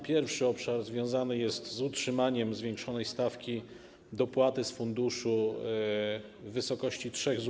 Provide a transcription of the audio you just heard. Pierwszy obszar związany jest z utrzymaniem zwiększonej stawki dopłaty z funduszu w wysokości do 3 zł.